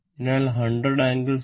അതിനാൽ 100 ∟0